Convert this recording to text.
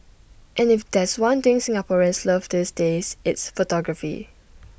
and if there's one thing Singaporeans love these days it's photography